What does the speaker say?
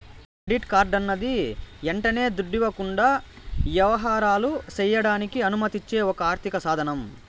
credit కార్డన్నది యంటనే దుడ్డివ్వకుండా యవహారాలు సెయ్యడానికి అనుమతిచ్చే ఒక ఆర్థిక సాదనం